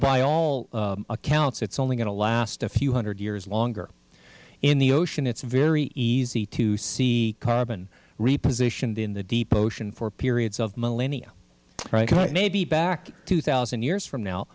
by all accounts it's only going to last a few hundred years longer in the ocean it's very easy to see cub and repositioned in the deep ocean for periods of millennia it may be back two thousand years from now